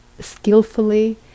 skillfully